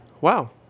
wow